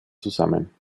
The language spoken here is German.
zusammen